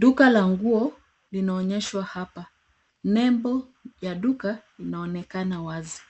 Duka la nguo linaonyeshwa hapa. nembo ya duka inaonekana wazi.